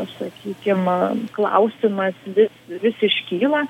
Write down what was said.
sakykim klausimas vis vis iškyla